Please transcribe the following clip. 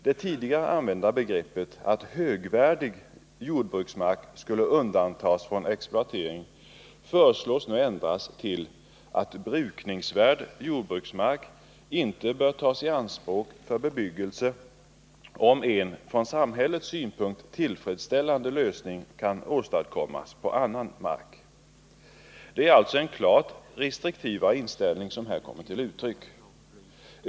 Det tidigare använda begreppet, att högvärdig jordbruksmark skulle undantas från exploatering, föreslås nu bli ändrat till ”att brukningsvärd jordbruksmark inte bör tas i anspråk för bebyggelse om en från samhällets synpunkt tillfredsställande lösning kan åstadkommas på annan mark”. Det är alltså en klart restriktivare inställning som här kommer till uttryck.